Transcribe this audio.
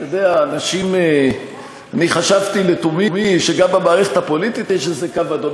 אנשים אני חשבתי לתומי שגם במערכת הפוליטית יש איזה קו אדום.